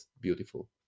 beautiful